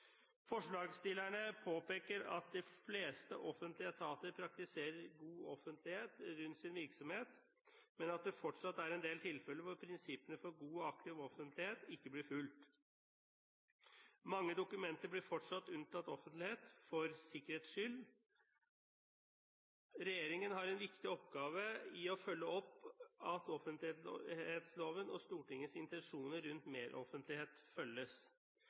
Forslagsstillerne påpeker at de fleste offentlige etater praktiserer god offentlighet rundt sin virksomhet, men at det fortsatt er en del tilfeller hvor prinsippene for god og aktiv offentlighet ikke blir fulgt. Mange dokumenter blir fortsatt unntatt offentlighet for «sikkerhets skyld». Regjeringen har en viktig oppgave i å følge opp at offentlighetsloven og Stortingets intensjoner rundt meroffentlighet følges.